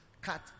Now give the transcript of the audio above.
cut